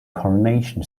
coronation